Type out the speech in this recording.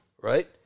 right